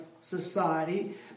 society